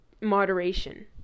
moderation